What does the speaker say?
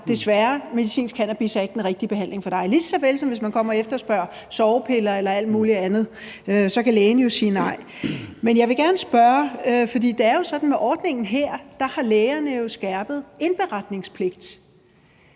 desværre, medicinsk cannabis er ikke den rigtige behandling for dig. På samme måde er det jo, hvis man kommer og efterspørger sovepiller eller alt mulig andet; så kan lægen jo sige nej. Men jeg vil gerne spørge – for det er jo sådan med ordningen her, at lægerne har skærpet indberetningspligt: